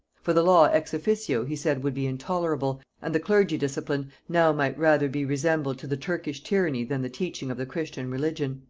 for the law ex-officio he said would be intolerable, and the clergy discipline now might rather be resembled to the turkish tyranny than the teaching of the christian religion.